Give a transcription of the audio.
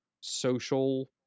social